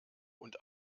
und